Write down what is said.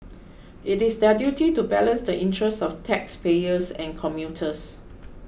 it is their duty to balance the interests of taxpayers and commuters